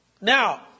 Now